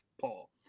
Paul